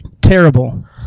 Terrible